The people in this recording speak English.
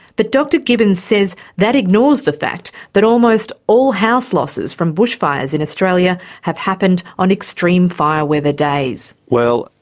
but dr gibbons says that ignores the fact that almost all house losses from bushfires in australia have happened on extreme fire weather days. well,